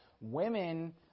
Women